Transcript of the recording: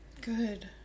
Good